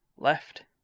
left